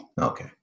Okay